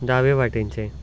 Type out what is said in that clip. दावे वाटेनचें